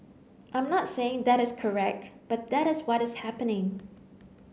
I'm not saying that is correct but that is what is happening